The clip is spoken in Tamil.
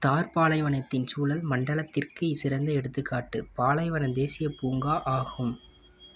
தார் பாலைவனத்தின் சூழல் மண்டலத்திற்குச் சிறந்த எடுத்துக்காட்டு பாலைவன தேசியப் பூங்கா ஆகும்